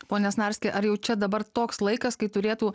pone snarski ar jau čia dabar toks laikas kai turėtų